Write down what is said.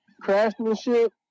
craftsmanship